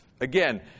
Again